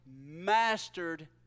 mastered